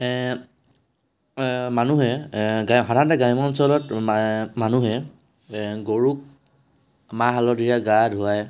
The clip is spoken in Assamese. মানুহে সাধাৰণতে গ্ৰাম্য অঞ্চলত মানুহে গৰুক মাহ হালধিৰে গা ধোৱাই